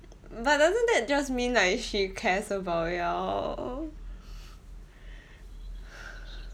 but doesn't that just mean like she cares about y'all